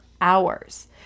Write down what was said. hours